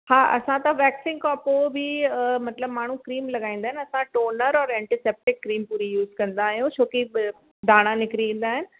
हा असां त वेक्सिंग खां पोइ बि मतिलबु माण्हू क्रीम लॻाईंदा आहिनि न असां टोनर ऐं एंटीसेप्टिक क्रीम पूरी यूज़ कंदा आहियूं छोकि दाणा निकरी ईंदा आहिनि